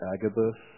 Agabus